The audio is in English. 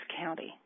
County